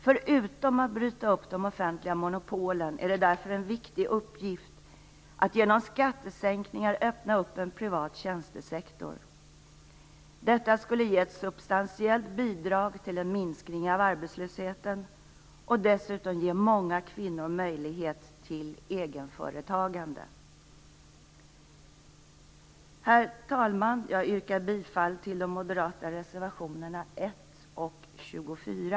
Förutom att bryta upp de offentliga monopolen är det därför en viktig uppgift att genom skattesänkningar öppna en privat tjänstesektor. Detta skulle ge ett substantiellt bidrag till en minskning av arbetslösheten och dessutom ge många kvinnor möjligheter till egenföretagande. Herr talman! Jag yrkar bifall de till moderata reservationerna 1 och 24.